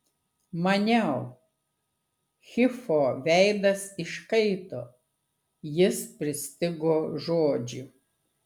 maniau hifo veidas iškaito jis pristigo žodžių